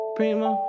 Primo